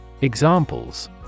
Examples